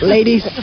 Ladies